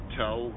tell